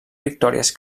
victòries